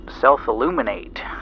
self-illuminate